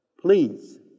please